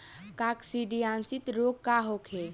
काकसिडियासित रोग का होखे?